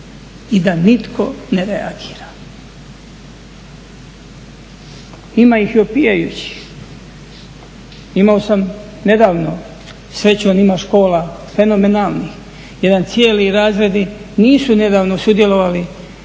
i da nitko ne reagira. Ima ih i opijajućih. Imao sam nedavno, imao sam nedavno, srećom ima škola fenomenalnih. Jedan cijeli razredi nisu nedavno sudjelovali